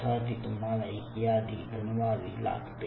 त्यासाठी तुम्हाला एक यादी बनवावी लागते